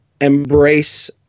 embrace